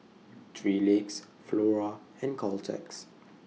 three Legs Flora and Caltex